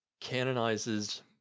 canonizes